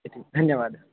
इति धन्यवादः